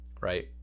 Right